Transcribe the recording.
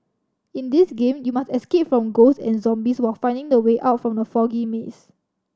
in this game you must escape from ghosts and zombies while finding the way out from the foggy maze